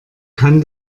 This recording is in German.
kann